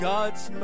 God's